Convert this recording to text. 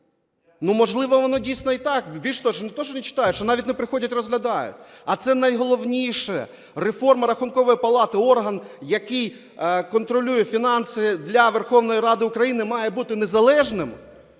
Можливо, воно дійсно і так, більше того, що не те, що не читають, а що навіть не приходять і розглядають. А це найголовніше. Реформа Рахункової палати, орган, який контролює фінанси для Верховної Ради України, має бути незалежним.